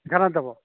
এঘাৰটাত যাব